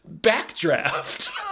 backdraft